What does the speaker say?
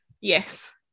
Yes